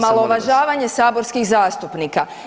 Omalovažavanje saborskih zastupnika.